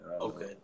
Okay